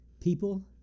People